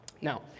Now